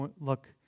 look